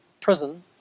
prison